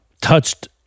touched